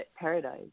paradise